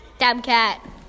Dabcat